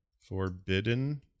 Forbidden